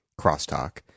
crosstalk